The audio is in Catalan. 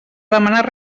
demanar